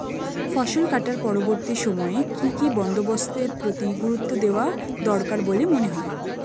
ফসল কাটার পরবর্তী সময়ে কি কি বন্দোবস্তের প্রতি গুরুত্ব দেওয়া দরকার বলে মনে হয়?